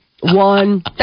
One